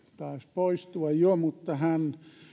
poistua jo